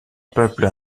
peuple